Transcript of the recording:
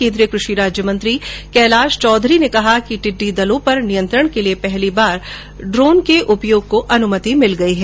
केन्द्रीय कृषि राज्य मंत्री कैलाश चौधरी ने कहा है कि टिड्डी दलों पर नियंत्रण के लिए पहली बार ड्रोन के उपयोग की अनुमति मिल गयी है